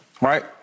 Right